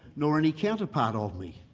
nor any counterpart of me.